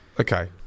Okay